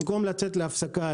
במקום לצאת להפסקה,